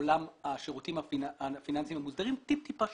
עולם השירותים הפיננסיים המוסדרים מעט שונים.